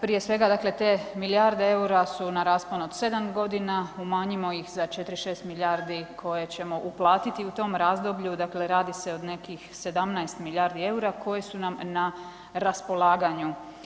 Prije svega, dakle te milijarde EUR-a su na raspon na 7 godina, umanjimo ih za 4,6 milijardi koje ćemo uplatiti u tom razdoblju, dakle radi se o nekih 17 milijardi EUR-a koje su nam na raspolaganju.